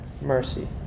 mercy